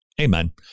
Amen